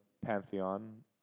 Pantheon